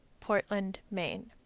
portland, me.